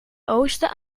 oosten